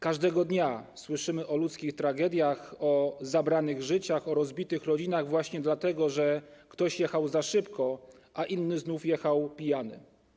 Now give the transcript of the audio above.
Każdego dnia słyszymy o ludzkich tragediach, o zabranych życiach, o rozbitych rodzinach właśnie dlatego, że ktoś jechał za szybko, a inny znów jechał pijany.